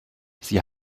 sie